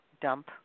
dump